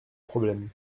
problème